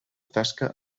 tasca